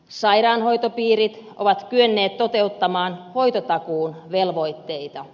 sairaanhoitopiirit ovat kyenneet toteuttamaan hoitotakuun velvoitteita